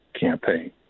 campaign